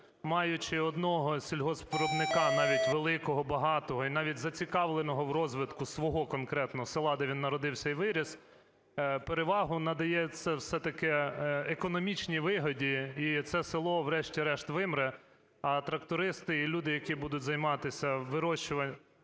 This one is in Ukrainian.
Маючи одного сільгоспвиробника, навіть великого, багатого, і навіть зацікавленого в розвитку свого конкретно села, де він народився і виріс, перевагу надається все-таки економічній вигоді, і це село, врешті-решт, вимре, а трактористи і люди, які будуть займатися вирощуванням